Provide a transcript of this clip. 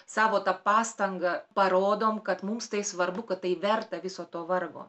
savo ta pastanga parodom kad mums tai svarbu kad tai verta viso to vargo